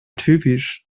typisch